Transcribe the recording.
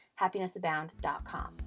happinessabound.com